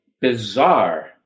bizarre